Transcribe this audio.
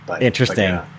Interesting